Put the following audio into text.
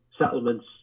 settlements